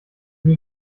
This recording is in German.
die